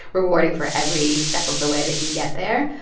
rewarding for every step of the way that you get there.